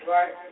Right